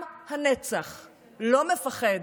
עם הנצח לא מפחד